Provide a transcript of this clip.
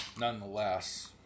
nonetheless